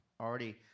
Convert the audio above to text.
already